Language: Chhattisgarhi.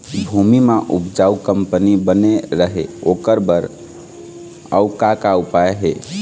भूमि म उपजाऊ कंपनी बने रहे ओकर बर अउ का का उपाय हे?